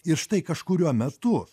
ir štai kažkuriuo metu